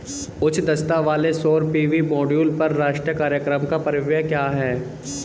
उच्च दक्षता वाले सौर पी.वी मॉड्यूल पर राष्ट्रीय कार्यक्रम का परिव्यय क्या है?